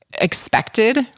expected